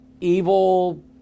evil